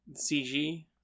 CG